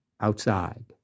outside